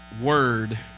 word